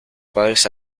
padres